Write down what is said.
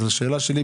אז לשאלה שלי,